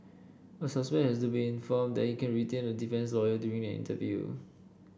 a suspect has to be informed that he can retain a defence lawyer during an interview